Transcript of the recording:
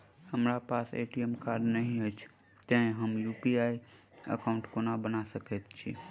हमरा पास ATM card नहि अछि तए हम यु.पी.आई एकॉउन्ट कोना बना सकैत छी